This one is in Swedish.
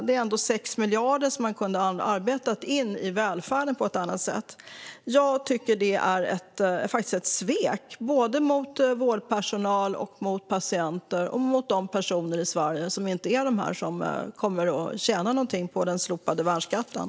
Det är ändå 6 miljarder som hade kunnat arbetas in i välfärden på ett annat sätt. Jag tycker att detta är ett svek, mot vårdpersonal, mot patienter och mot de personer i Sverige som inte kommer att tjäna något på den slopade värnskatten.